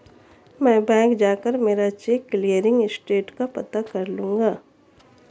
मैं बैंक जाकर मेरा चेक क्लियरिंग स्टेटस का पता कर लूँगा